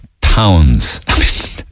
pounds